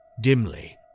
dimly